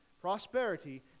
prosperity